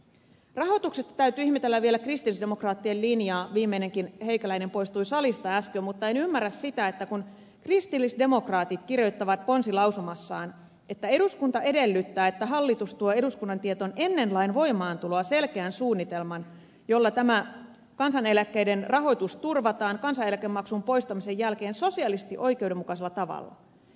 rahoituksesta täytyy ihmetellä vielä kristillisdemokraattien linjaa viimeinenkin heikäläinen poistui salista äsken koska en ymmärrä sitä että kristillisdemokraatit kirjoittavat ponsilausumassaan että eduskunta edellyttää että hallitus tuo eduskunnan tietoon ennen lain voimaantuloa selkeän suunnitelman jolla kansaneläkkeiden rahoitus turvataan kansaneläkemaksun poistamisen jälkeen sosiaalisesti oikeudenmukaisella tavalla